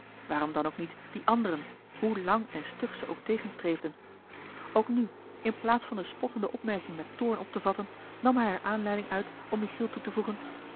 waarom dan ook niet die anderen hoe lang en stug ze ook tegenstreefden ook nu in plaats van de spottende opmerking met toorn op te vatten nam hij er aanleiding uit om michiel toe te voegen